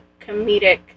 comedic